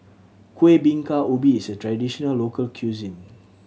Kueh Bingka Ubi is a traditional local cuisine